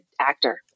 actor